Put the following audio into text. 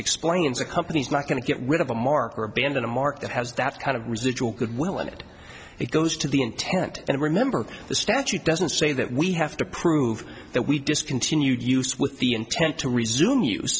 explains a company's not going to get rid of a mark or abandon a mark that has that kind of residual goodwill in it it goes to the intent and remember the statute doesn't say that we have to prove that we discontinued use with the intent to re